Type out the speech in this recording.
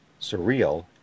surreal